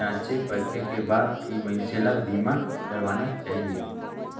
जॉचे परखे के बाद ही मइनसे ल बीमा करवाना चाहिये